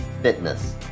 fitness